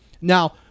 Now